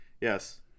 Yes